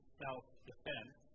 self-defense